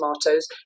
tomatoes